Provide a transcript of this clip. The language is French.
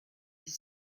dix